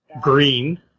green